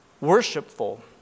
worshipful